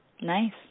Nice